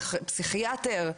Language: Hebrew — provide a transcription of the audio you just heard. צריך פסיכיאטר,